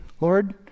Lord